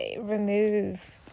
remove